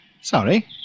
Sorry